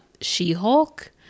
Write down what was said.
She-Hulk